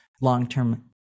long-term